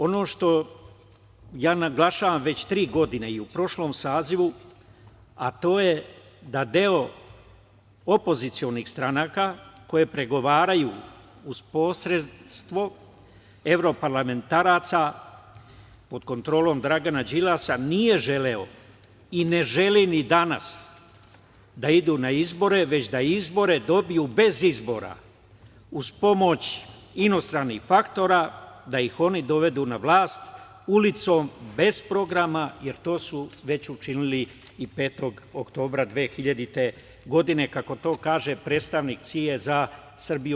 Ono što ja naglašavam već tri godine, i u prošlom sazivu, a to je da deo opozicionih stranaka koje pregovaraju uz posredstvo evroparlamentaraca pod kontrolom Dragana Đilasa nije želeo i ne želi ni danas da idu na izbore, već da izbore dobiju bez izbora, uz pomoć inostranih faktora, da ih oni dovedu na vlast ulicom, bez programa, jer to su već učinili i 5. oktobra 2000. godine, kako to kaže predstavnik CIA za Srbiju.